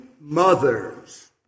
mothers